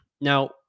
Now